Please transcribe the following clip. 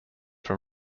from